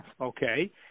okay